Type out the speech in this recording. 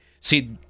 see